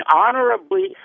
honorably